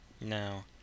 No